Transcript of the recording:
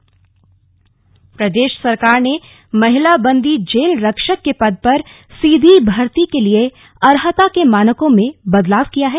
मंत्रिमण्डल बैठक प्रदेश सरकार ने महिला बंदी जेल रक्षक के पद पर सीधी भर्ती के लिए अर्हता के मानकों में बदलाव किया है